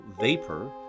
vapor